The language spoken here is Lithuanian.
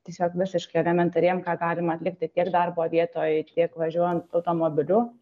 tiesiog visiškai elementariem ką galima atlikti tiek darbo vietoj tiek važiuojant automobiliu